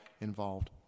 involved